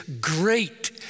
great